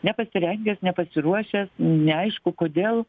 nepasirengęs nepasiruošęs neaišku kodėl